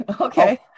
Okay